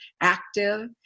active